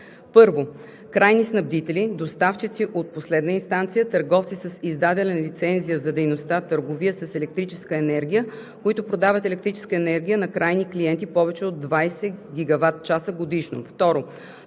1. Крайни снабдители, доставчици от последна инстанция, търговци с издадена лицензия за дейността „търговия с електрическа енергия“, които продават електрическа енергия на крайни клиенти повече от 20 GWh годишно;